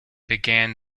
began